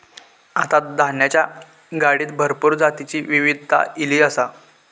आता धान्याच्या गाडीत भरपूर जातीची विविधता ईली आसा